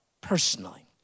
personally